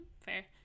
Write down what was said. Fair